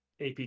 AP